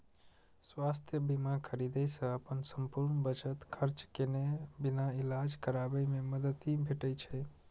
स्वास्थ्य बीमा खरीदै सं अपन संपूर्ण बचत खर्च केने बिना इलाज कराबै मे मदति भेटै छै